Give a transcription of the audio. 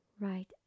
right